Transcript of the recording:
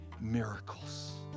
miracles